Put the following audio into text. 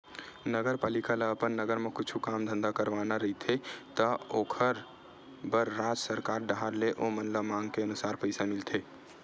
नगरपालिका ल अपन नगर म कुछु काम धाम करवाना रहिथे त ओखर बर राज सरकार डाहर ले ओमन ल मांग के अनुसार पइसा मिलथे